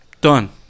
Done